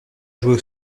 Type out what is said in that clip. jouer